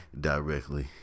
directly